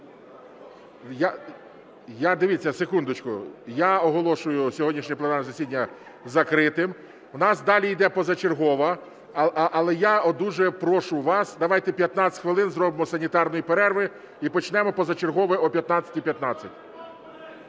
я оголошую сьогоднішнє пленарне засідання закритим. У нас далі йде позачергове, але я дуже прошу вас, давайте 15 хвилин зробимо санітарну перерву і почнемо позачергове о 15:15.